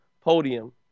podium